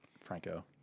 Franco